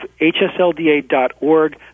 hslda.org